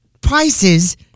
prices